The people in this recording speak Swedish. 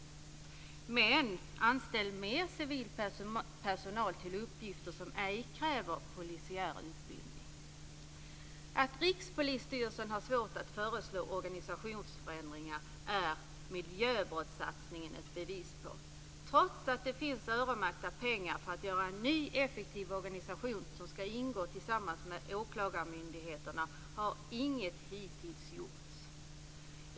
Anställ i stället mer civilpersonal till uppgifter som ej kräver polisiär utbildning. Att Rikspolisstyrelsen har svårt att föreslå organisationsförändringar är miljöbrottssatsningen ett bevis på. Trots att det finns öronmärkta pengar för att göra en ny effektiv organisation som ska ingå tillsammans med åklagarmyndigheterna har hittills inget gjorts.